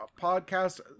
podcast